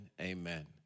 amen